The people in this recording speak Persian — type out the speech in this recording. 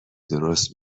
درست